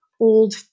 old